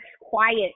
quiet